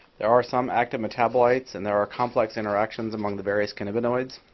there are some active metabolites. and there are complex interactions among the various cannabinoids.